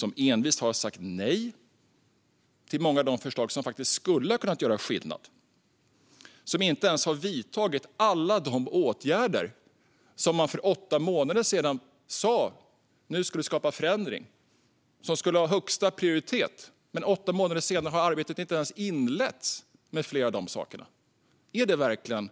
De har envist sagt nej till många av de förslag som faktiskt skulle ha kunnat göra skillnad. De har inte ens vidtagit alla de åtgärder som man för åtta månader sedan sa skulle ha högsta prioritet. Man sa: Nu ska vi skapa förändring. Men åtta månader senare har arbetet med flera av dessa saker inte ens inletts. Är det verkligen